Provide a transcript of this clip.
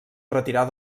retirar